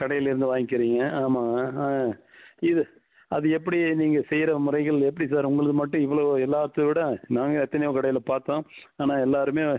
கடைலேருந்து வாங்கிக்கிறீங்க ஆமாங்க இது அது எப்படி நீங்கள் செய்கிற முறைகள் எப்படி சார் உங்களுக்கு மட்டும் இவ்வளோ எல்லாத்தை விட நாங்கள் எத்தனையோ கடையில் பார்த்தோம் ஆனால் எல்லாேருமே